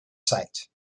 site